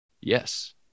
Yes